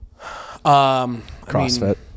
CrossFit